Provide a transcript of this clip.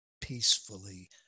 peacefully